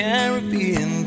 Caribbean